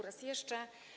Raz jeszcze.